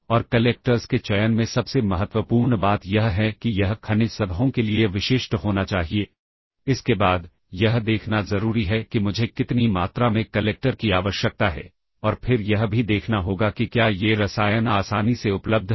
इसी तरह return instruction stack के शीर्ष पर 2 मेमोरी स्थानों की सामग्री लेता है और इन्हें रिटर्न एड्रेस के रूप में उपयोग करता है